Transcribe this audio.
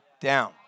down